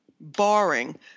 barring